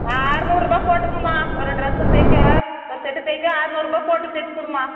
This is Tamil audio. ஆறுநூறுபா போட்டுக்கோமா ஒரு டிரஸ் தைக்க ஒரு செட்டு தைக்க ஆறுநூறுபா போட்டு தைச்சு கொடும்மா